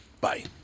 Bye